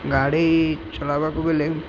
ଗାଡ଼ି ଚଲାଇବାକୁ ବେଳେ